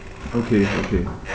okay okay